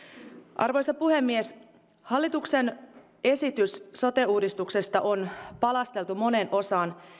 arvoisa puhemies hallituksen esitys sote uudistuksesta on palasteltu moneen osaan